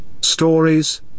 stories